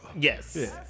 yes